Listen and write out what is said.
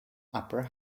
upper